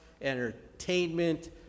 entertainment